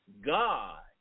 God